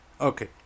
Okay